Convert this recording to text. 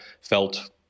felt